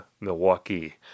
Milwaukee